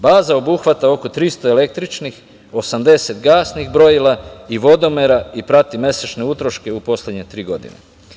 Baza obuhvata oko 300 električnih, 80 gasnih brojila i vodomera i prati mesečne utroške u poslednje tri godine.